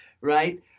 right